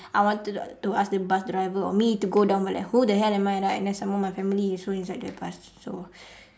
I want to to ask the bus driver or me to go down but like who the hell am I right and then some more my family also inside the bus right so